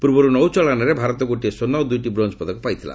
ପୂର୍ବରୁ ନୌଚାଳନାରେ ଭାରତ ଗୋଟିଏ ସ୍ୱର୍ଷ୍ଣ ଓ ଦୁଇଟି ବ୍ରୋଞ୍ଜ ପଦକ ପାଇଥିଲା